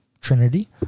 Trinity